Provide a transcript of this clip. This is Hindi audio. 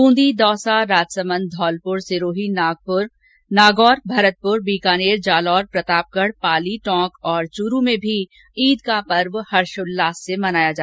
बूंदी दौसा राजसमंद धौलपुर सिरोही नागौर भरतपुर बीकानेर जालौर प्रतापगढ पाली टोंक और चूरू में भी ईद का पर्व हर्षोल्लास से मनाया गया